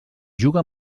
juga